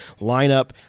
lineup